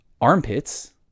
armpits